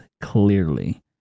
clearly